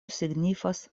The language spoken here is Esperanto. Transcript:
signifas